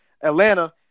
Atlanta